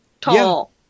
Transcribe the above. Tall